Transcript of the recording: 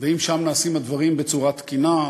ואם שם נעשים הדברים בצורה תקינה,